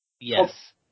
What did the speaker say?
Yes